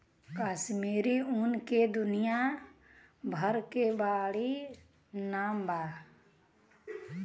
कश्मीरी ऊन के दुनिया भर मे बाड़ी नाम बा